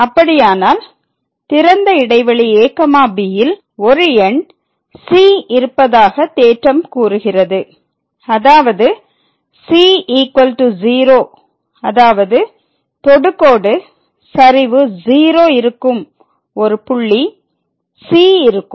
அப்படியானால் திறந்த இடைவெளி a b யில் ஒரு எண் 'c' இருப்பதாக தேற்றம் கூறுகிறது அதாவது c 0 அதாவது தொடுகோடு சரிவு 0 இருக்கும் ஒரு புள்ளி c இருக்கும்